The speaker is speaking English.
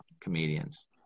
comedians